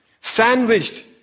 sandwiched